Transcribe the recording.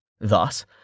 Thus